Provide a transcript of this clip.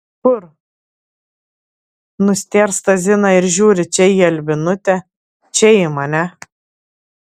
kur nustėrsta zina ir žiūri čia į albinutę čia į mane